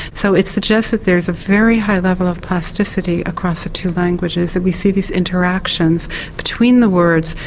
so it suggests that there's a very high level of plasticity across the two languages, that we see this interactions between the words,